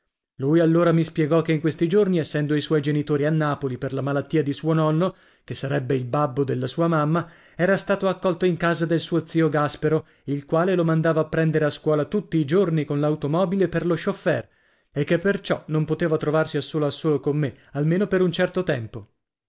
lui allora mi spiegò che in questi giorni essendo i suoi genitori a napoli per la malattia di suo nonno che sarebbe il babbo della sua mamma era stato accolto in casa del suo zio gaspero il quale lo mandava a prendere a scuola tutti i giorni con l'automobile per lo scioffèr e che perciò non poteva trovarsi a solo a solo con me almeno per un certo tempo